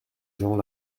gens